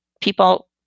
people